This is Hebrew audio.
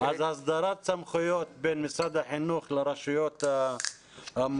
אז הסדרת סמכויות בין משרד החינוך לרשויות המקומיות